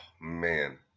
man